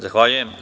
Zahvaljujem.